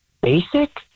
Basic